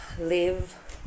live